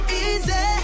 easy